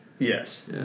Yes